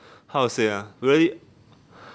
how to say ah really